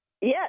Yes